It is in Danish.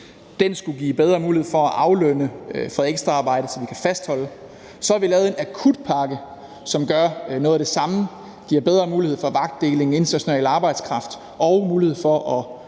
Den skulle give bedre mulighed for at aflønne for ekstraarbejde, så man kan fastholde folk. Vi har også lavet en akutpakke, som gør noget af det samme; den giver bedre mulighed for vagtdeling, for ansættelse af international arbejdskraft og for at